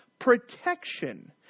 protection